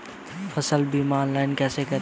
फसल बीमा ऑनलाइन कैसे करें?